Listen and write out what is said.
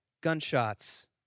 gunshots